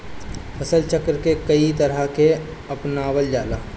फसल चक्र के कयी तरह के अपनावल जाला?